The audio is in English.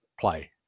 play